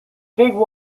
big